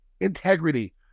integrity